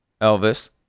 Elvis